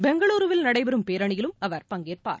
பெங்களூருவில் நடைபெறும் பேரணியிலும் அவர் பங்கேற்பார்